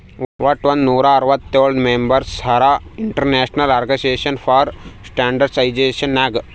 ವಟ್ ಒಂದ್ ನೂರಾ ಅರ್ವತ್ತೋಳ್ ಮೆಂಬರ್ಸ್ ಹರಾ international organisation for standardisation Nag